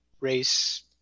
race